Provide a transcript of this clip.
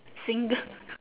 single